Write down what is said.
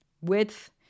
Width